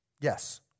Yes